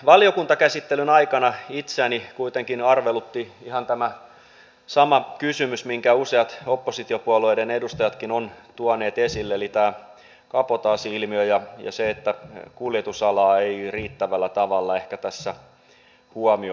valiokuntakäsittelyn aikana itseäni kuitenkin arvelutti ihan tämä sama kysymys minkä useat oppositiopuolueiden edustajatkin ovat tuoneet esille eli tämä kabotaasi ilmiö ja se että kuljetusalaa ei riittävällä tavalla ehkä tässä huomioitaisi